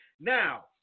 Now